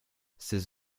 ces